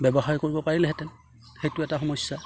ব্যৱসায় কৰিব পাৰিলেহেঁতেন সেইটো এটা সমস্যা